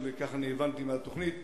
כך אני הבנתי מהתוכנית,